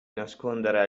nascondere